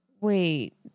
Wait